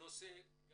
בנושא של